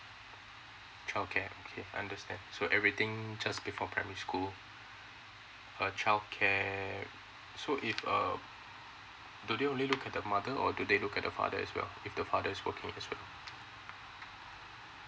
childcare okay I understand so everything just before primary school uh childcare so if err do they look at the mother or do they look at the father as well if the father is working as well